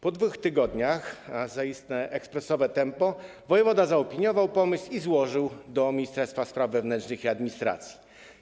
Po 2 tygodniach - zaiste ekspresowe tempo - wojewoda zaopiniował pomysł i złożył wniosek do Ministerstwa Spraw Wewnętrznych i Administracji.